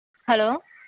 hello